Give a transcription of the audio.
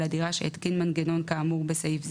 הדירה שהתקין מנגנון כאמור בסעיף זה,